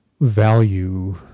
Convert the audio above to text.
value